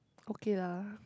okay lah